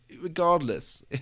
regardless